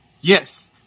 Yes